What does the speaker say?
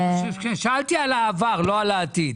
שאלתי על העבר, לא על העתיד.